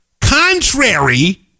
Contrary